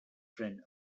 friend